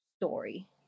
story